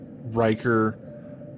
Riker